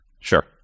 Sure